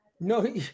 no